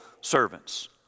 servants